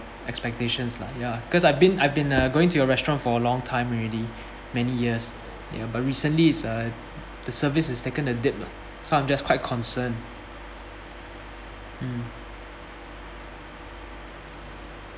expectations lah ya cause I've been I've been uh going to your restaurant for a long time already many years ya but recently it's uh the service is taken a dip lah so I'm just quite concerned mm